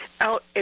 out